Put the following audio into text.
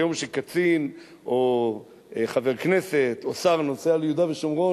היום כשקצין או חבר כנסת או שר נוסע ליהודה ושומרון,